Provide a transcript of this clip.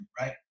right